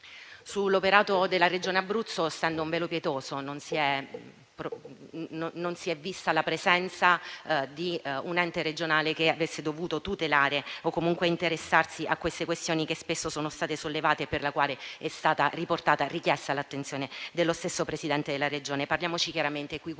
Sull'operato della Regione Abruzzo stendo un velo pietoso: non si è vista la presenza di un ente regionale che avrebbe dovuto esercitare la sua tutela o comunque interessarsi alle questioni che spesso sono state sollevate e per le quali è stata richiesta l'attenzione dello stesso Presidente della Regione. Parliamoci chiaramente: quello che